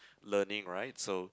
learning right so